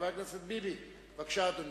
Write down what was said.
חבר הכנסת ביבי, בבקשה, אדוני.